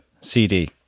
CD